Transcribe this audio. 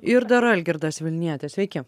ir dar algirdas vilnietis sveiki